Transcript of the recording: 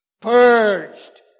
purged